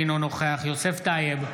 אינו נוכח יוסף טייב,